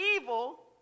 evil